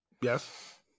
Yes